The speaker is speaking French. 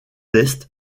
est